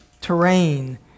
terrain